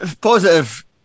positive